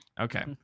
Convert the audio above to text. Okay